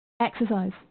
Exercise